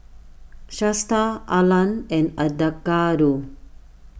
Shasta Arlan and Edgardo